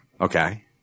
Okay